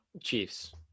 Chiefs